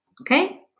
Okay